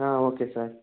okay sir